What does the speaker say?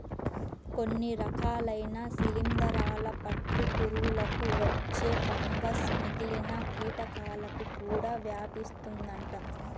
కొన్ని రకాలైన శిలీందరాల పట్టు పురుగులకు వచ్చే ఫంగస్ మిగిలిన కీటకాలకు కూడా వ్యాపిస్తుందంట